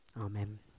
Amen